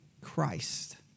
Christ